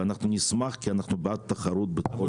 ואנחנו נשמח כי אנחנו בעד תחרות בכל תחום.